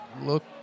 look